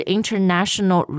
International